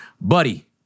Buddy